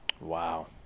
Wow